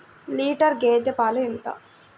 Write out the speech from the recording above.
Litre గేదె పాలు ఎంత?